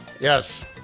Yes